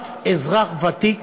אף אזרח ותיק,